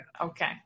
Okay